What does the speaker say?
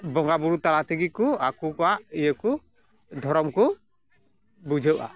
ᱵᱚᱸᱜᱟ ᱵᱳᱨᱳ ᱛᱟᱞᱟ ᱛᱮᱜᱮᱠᱩ ᱟᱠᱚᱣᱟᱜ ᱤᱭᱟᱹ ᱠᱚ ᱫᱷᱚᱨᱚᱢ ᱠᱚ ᱵᱩᱡᱷᱟᱹᱣᱟ